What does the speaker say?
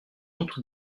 honte